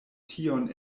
tion